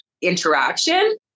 interaction